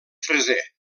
freser